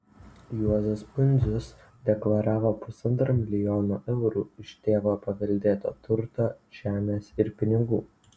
juozas pundzius deklaravo pusantro milijono eurų iš tėvo paveldėto turto žemės ir pinigų